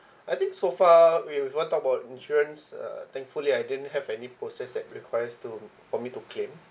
I think so far we if want to talk about insurance uh thankfully I didn't have any process that requires to for me to claim